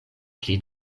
pli